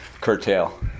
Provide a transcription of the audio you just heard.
curtail